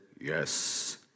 yes